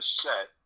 set